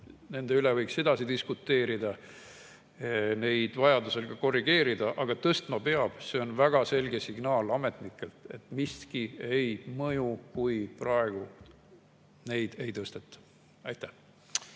Nende üle võiks edasi diskuteerida, neid võiks vajadusel ka korrigeerida, aga tõstma peab, see on väga selge signaal ametnikelt: miski ei mõju, kui praegu neid ei tõsteta. Kui